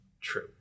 true